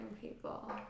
people